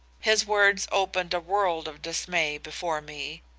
his words opened a world of dismay before me.